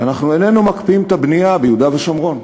שאנחנו איננו מקפיאים את הבנייה ביהודה ושומרון.